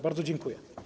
Bardzo dziękuję.